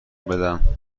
بدم